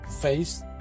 face